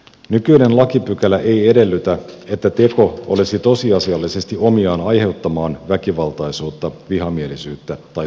nykyinen lakipykälä ei edellytä että teko olisi tosiasiallisesti omiaan aiheuttamaan väkivaltaisuutta vihamielisyyttä tai syrjintää